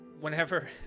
Whenever